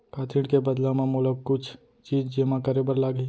का ऋण के बदला म मोला कुछ चीज जेमा करे बर लागही?